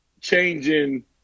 changing